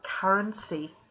currency